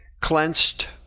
clenched